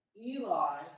Eli